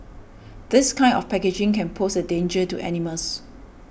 this kind of packaging can pose a danger to animals